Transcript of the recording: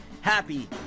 happy